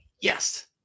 yes